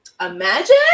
imagine